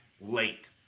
late